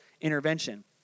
intervention